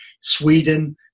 Sweden